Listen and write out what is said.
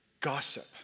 gossip